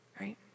right